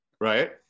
right